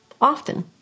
often